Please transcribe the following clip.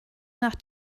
nach